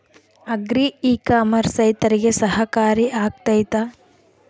Agri e commerce ರೈತರಿಗೆ ಸಹಕಾರಿ ಆಗ್ತೈತಾ?